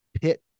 pit